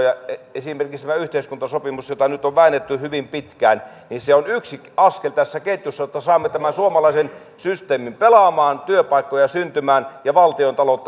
esimerkiksi tämä yhteiskuntasopimus jota nyt on väännetty hyvin pitkään on yksi askel tässä ketjussa jotta saamme tämän suomalaisen systeemin pelaamaan työpaikkoja syntymään ja valtiontaloutta tervehdytettyä